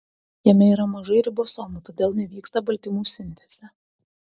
jame yra mažai ribosomų todėl nevyksta baltymų sintezė